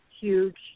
Huge